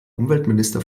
umweltminister